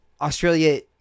Australia